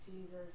Jesus